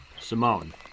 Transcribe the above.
Simone